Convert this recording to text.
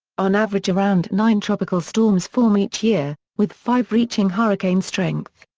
on average around nine tropical storms form each year, with five reaching hurricane strength.